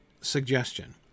Suggestion